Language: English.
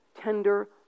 tender